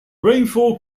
rainfall